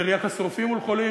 פר יחס רופאים מול חולים,